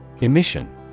Emission